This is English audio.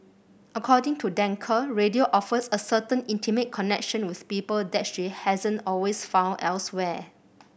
according to Danker radio offers a certain intimate connection with people that she hasn't always found elsewhere